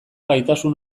gaitasun